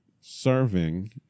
serving